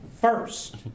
first